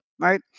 Right